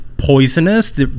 Poisonous